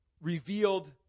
revealed